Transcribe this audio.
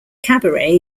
cabaret